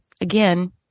Again